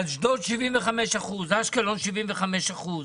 אשדוד 75%, אשקלון 75%,